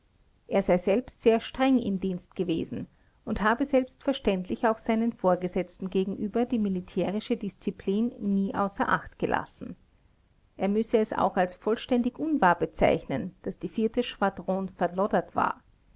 er sei selbst sehr streng im dienst gewesen und habe selbstverständlich auch seinen vorgesetzten gegenüber die militärische disziplin nie außer acht gelassen er müsse es auch als vollständig unwahr bezeichnen daß die schwadron verloddert war